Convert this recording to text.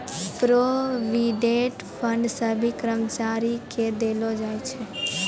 provident fund सभ्भे कर्मचारी के देलो जाय छै